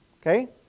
Okay